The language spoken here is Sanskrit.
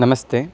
नमस्ते